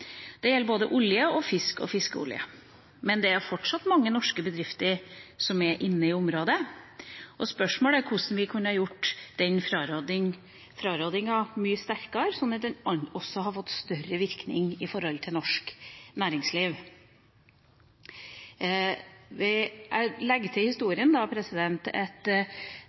Det gjelder både olje og fisk og fiskeolje. Men det er fortsatt mange norske bedrifter som er inne i området, og spørsmålet er hvordan vi kan gjøre den frarådinga mye sterkere, slik at den får større virkning overfor norsk næringsliv. Jeg vil legge til